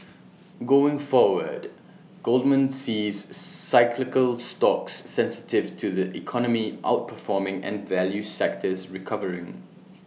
going forward Goldman sees cyclical stocks sensitive to the economy outperforming and value sectors recovering